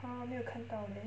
!huh! 没有看到 leh